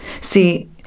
See